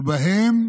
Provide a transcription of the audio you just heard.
ובהם